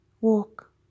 Walk